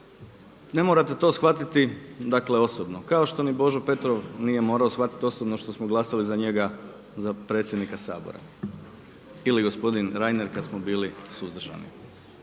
ne morate to shvatiti dakle osobno, kao što ni Božo Petrov nije morao shvatiti osobno što smo glasali za njega za predsjednika Sabora ili gospodin Reiner kada smo bili suzdržani.